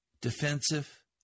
defensive